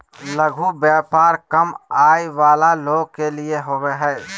लघु व्यापार कम आय वला लोग के लिए होबो हइ